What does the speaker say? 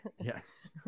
Yes